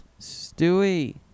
Stewie